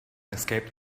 escaped